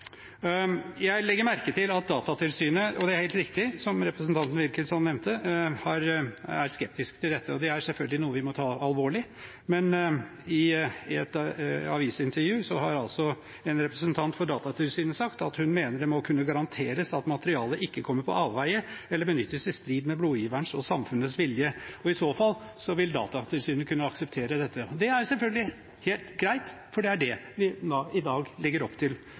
Jeg legger merke til at Datatilsynet er skeptisk til dette – som representanten Wilkinson helt riktig nevnte – og det er selvfølgelig noe vi må ta alvorlig. Men i et avisintervju har en representant for Datatilsynet sagt at hun mener «det må kunne garanteres at materialet ikke kommer på avveier eller benyttes i strid med blodgiverens og samfunnets vilje.» I så fall vil Datatilsynet kunne akseptere dette. Det er selvfølgelig helt greit, for det er det vi i dag legger opp til